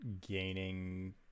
gaining